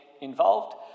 involved